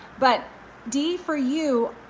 but dee for you,